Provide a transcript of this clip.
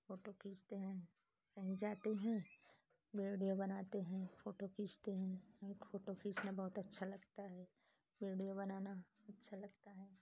photo खींचते हैं कहीं जाते हैं वीडियो बनाते हैं फ़ोटो खींचते हैं हमें फ़ोटो खींचना बहुत अच्छा लगता है वीडियो बनाना अच्छा लगता है